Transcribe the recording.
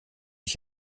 ich